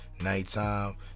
nighttime